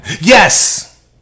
Yes